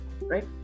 right